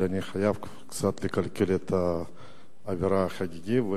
אבל אני חייב קצת לקלקל את האווירה החגיגית,